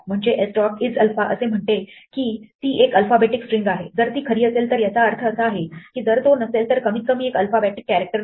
म्हणजे s dot isalpha असे म्हणते की ती एक अल्फाबेटिक स्ट्रिंग आहे जर ती खरी असेल तर याचा अर्थ असा आहे की जर तो नसेल तर कमीतकमी एक अल्फाबेटिक कॅरेक्टर नाही